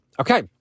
Okay